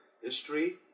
history